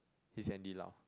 he's Andy-Lau